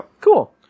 Cool